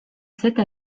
cette